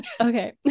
okay